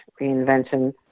reinvention